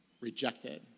rejected